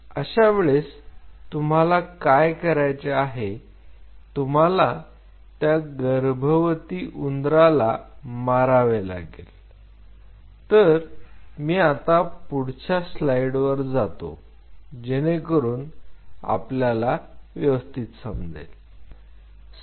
अशा वेळेस तुम्हाला काय करायचे आहे तुम्हाला त्या गर्भवती उंदराला मारावे लागेल तर मी आता पुढच्या स्लाइडवर जातो जेणेकरून आपल्याला व्यवस्थित समजेल